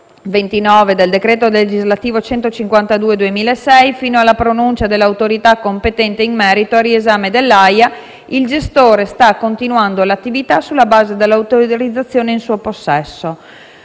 29 del decreto legislativo n. 152 del 2006, fino alla pronuncia dell'autorità competente in merito al riesame dell'AIA, il gestore sta continuando l'attività sulla base dell'autorizzazione in suo possesso.